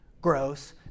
gross